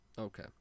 Okay